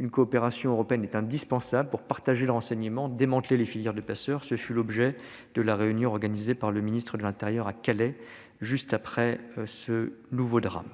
une coopération européenne est indispensable pour partager le renseignement et démanteler les filières de passeurs. Tel fut l'objet de la réunion organisée par le ministre de l'intérieur à Calais juste après ce nouveau drame.